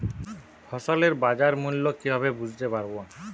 ফসলের বাজার মূল্য কিভাবে বুঝতে পারব?